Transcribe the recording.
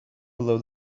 below